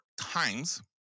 times